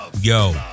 yo